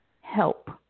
help